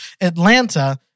Atlanta